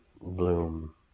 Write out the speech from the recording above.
bloom